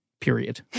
period